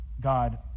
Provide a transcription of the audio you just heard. God